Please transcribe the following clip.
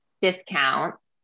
discounts